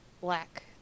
black